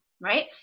right